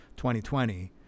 2020